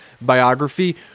biography